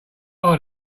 are